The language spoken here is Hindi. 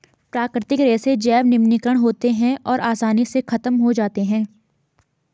प्राकृतिक रेशे जैव निम्नीकारक होते हैं और आसानी से ख़त्म हो जाते हैं